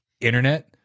internet